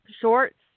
shorts